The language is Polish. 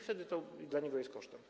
Wtedy to dla niego jest kosztem.